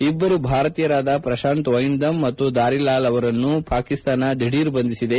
ಇಬ್ಬರು ಭಾರತೀಯರಾದ ಪ್ರತಾಂತ್ ವೈಂದಮ್ ಮತ್ತು ಧಾರೀಲಾಲ್ ಅವರನ್ನು ಪಾಕಿಸ್ತಾನ ದಢೀರ್ ಬಂಧಿಸಿದೆ